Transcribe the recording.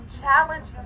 challenge